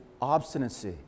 obstinacy